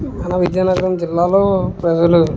మన విజయనగరం జిల్లాలో ప్రజలు